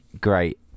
great